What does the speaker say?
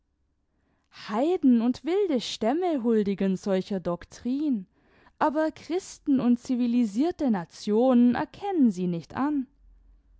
heiden und wilde stämme huldigen solcher doktrin aber christen und civilisierte nationen erkennen sie nicht an